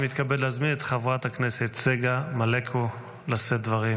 אני מתכבד להזמין את חברת הכנסת צגה מלקו לשאת דברים